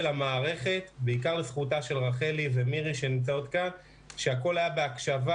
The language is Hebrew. המערכת ובמיוחד לזכותן של מירי ורחלי שנמצאות כאן שהכול היה בהקשבה.